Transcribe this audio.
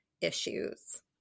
issues